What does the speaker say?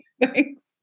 Thanks